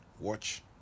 watch